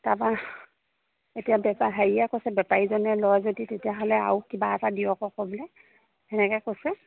তাৰপৰা এতিয়া বেপাৰী হেৰিয়ে কৈছে বেপাৰীজনে লয় যদি তেতিয়াহ'লে আৰু কিবা এটা দিয়ক আকৌ বোলে তেনেকৈ কৈছে